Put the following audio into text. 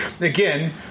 Again